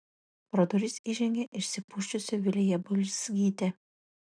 pro duris įžengė išsipusčiusi vilija bulzgytė